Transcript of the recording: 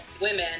women